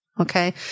Okay